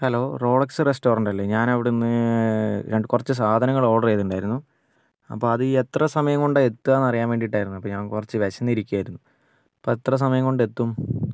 hello Rolex restaurant അല്ലെ ഞാന് അവിടുന്ന് കുറച്ച് സാധനങ്ങള് ഓർഡർ ചെയ്തിട്ടുണ്ടായിരുന്നു അപ്പോൾ അത് എത്ര സമയം കൊണ്ടാണ് എത്തുക എന്ന് അറിയാൻ വേണ്ടിയിട്ടായിരുന്നു അപ്പം ഞാൻ കുറച്ച് വിശന്ന് ഇരിക്കുവായിരുന്നു അപ്പോൾ എത്ര സമയം കൊണ്ട് എത്തും